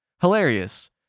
Hilarious